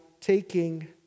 taking